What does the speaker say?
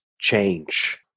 change